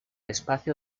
espacio